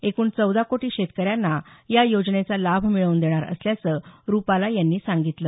एकूण चौदा कोटी शेतकऱ्यांना या योजनेचा लाभ मिळवून देणार असल्याचं रुपाला यांनी सांगितलं